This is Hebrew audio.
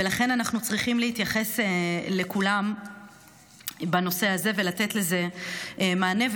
ולכן אנחנו צריכים להתייחס לכולם בנושא הזה ולתת לזה מענה.